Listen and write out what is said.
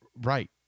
Right